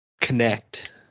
connect